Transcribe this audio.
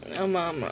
ஆமா ஆமா:aaama aaama